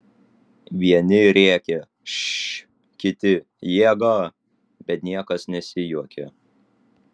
vieni rėkė š kiti jėga bet niekas nesijuokė